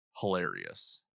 Hilarious